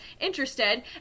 interested